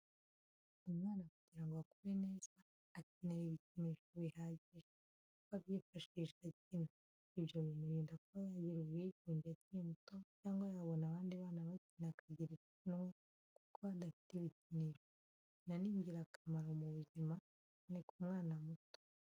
Umwana kugira ngo akure neza akenera ibikinisho bihajije, kuko abyifashisha akina. Ibyo bimurinda kuba yagira ubwigunge akiri muto cyangwa yabona abandi bana bakina akagira ipfunwe, kuko we adafite ibikinisho. Gukina ni ingirakamaro ku buzima cyane ku mwana muto.